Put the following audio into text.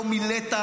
מירב כהן.